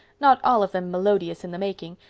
not all of them melodious in the making,